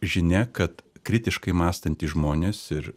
žinia kad kritiškai mąstantys žmonės ir